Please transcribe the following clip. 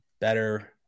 better